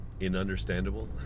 inunderstandable